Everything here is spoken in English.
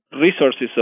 resources